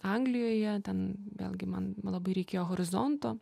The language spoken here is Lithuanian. anglijoje ten vėlgi man labai reikėjo horizonto